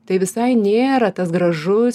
tai visai nėra tas gražus e elegantiškas